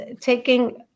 taking